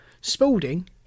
Spaulding